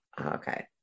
okay